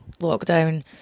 lockdown